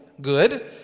good